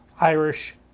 irish